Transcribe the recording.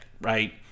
right